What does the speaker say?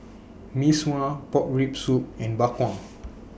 Mee Sua Pork Rib Soup and Bak Kwa